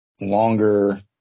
longer